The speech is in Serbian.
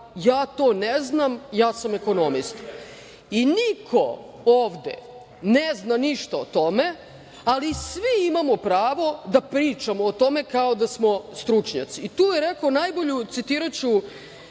ja to ne znam, ja sam ekonomista. Niko ovde ne zna ništa o tome, ali svi imamo pravo da pričamo o tome kao da smo stručnjaci. Citiraću